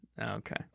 Okay